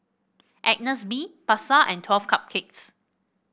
Agnes B Pasar and Twelve Cupcakes